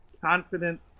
confident